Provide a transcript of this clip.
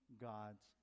god's